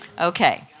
Okay